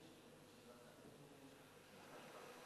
סעיפים 1